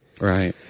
Right